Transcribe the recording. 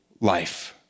life